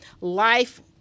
life